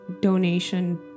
donation